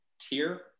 tier